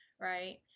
right